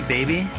Baby